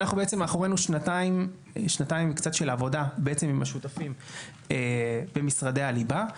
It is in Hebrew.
בעצם מאחורינו שנתיים של עבודה עם השותפים במשרדי הליבה.